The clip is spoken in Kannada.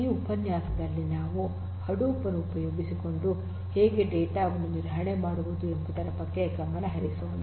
ಈ ಉಪನ್ಯಾಸದಲ್ಲಿ ನಾವು ಹಡೂಪ್ ಅನ್ನು ಉಪಯೋಗಿಸಿಕೊಂಡು ಹೇಗೆ ಡೇಟಾ ವನ್ನು ನಿರ್ವಹಣೆ ಮಾಡುವುದು ಎಂಬುದರ ಬಗ್ಗೆ ಗಮನ ಹರಿಸೋಣ